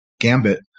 gambit